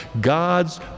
God's